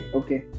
okay